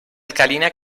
alcalina